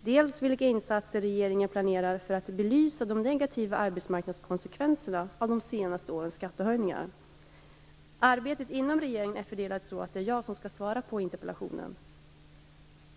dels vilka insatser regeringen planerar för att belysa de negativa arbetsmarknadskonsekvenserna av de senaste årens skattehöjningar. Arbetet inom regeringen är fördelat så att det är jag som skall svara på interpellationen.